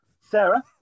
Sarah